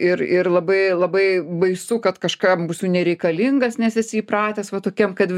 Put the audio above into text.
ir ir labai labai baisu kad kažkam nereikalingas nes esi įpratęs va tokiam kad